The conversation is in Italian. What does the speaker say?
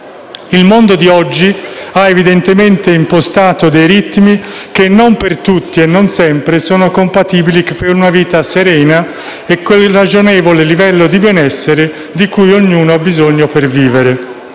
Il mondo di oggi ha evidentemente impostato dei ritmi che non per tutti e non sempre sono compatibili con una vita serena e con il ragionevole livello di benessere di cui ognuno ha bisogno per vivere.